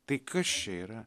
tai kas čia yra